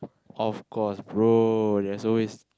of course bro there's always